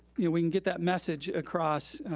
yeah we can get that message across